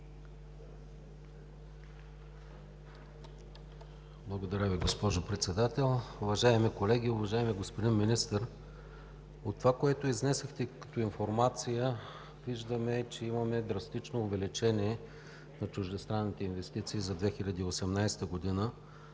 Благодаря Ви, госпожо Председател. Уважаеми колеги, уважаеми господин Министър! От това, което изнесохте като информация, виждаме, че има драстично увеличение на чуждестранните инвестиции за 2018 г.